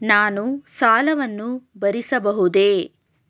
ನಾನು ಸಾಲವನ್ನು ಭರಿಸಬಹುದೇ?